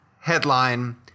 headline